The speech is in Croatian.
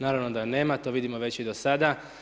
Naravno da nema, to vidimo već i do sada.